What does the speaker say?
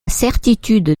certitude